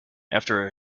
after